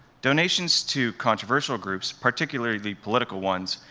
donations to controversial groups, particularly political ones,